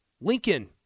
Lincoln